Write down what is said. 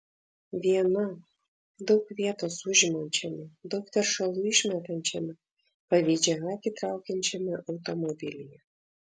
viena daug vietos užimančiame daug teršalų išmetančiame pavydžią akį traukiančiame automobilyje